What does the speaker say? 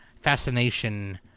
Fascination